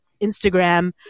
Instagram